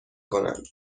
کنند